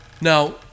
Now